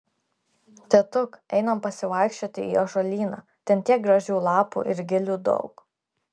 tėtuk einame pasivaikščioti į ąžuolyną ten tiek gražių lapų ir gilių daug